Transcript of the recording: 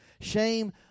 Shame